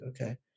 okay